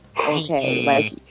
okay